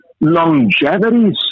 longevity